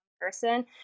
person